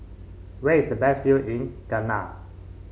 where is the best view in Ghana